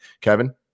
Kevin